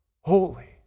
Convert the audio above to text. holy